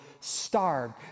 starved